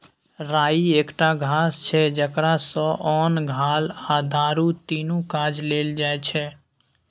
राइ एकटा घास छै जकरा सँ ओन, घाल आ दारु तीनु काज लेल जाइ छै